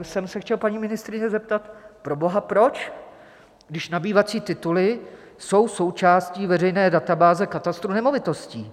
Chtěl jsem se paní ministryně zeptat: Proboha proč, když nabývací tituly jsou součástí veřejné databáze katastru nemovitostí?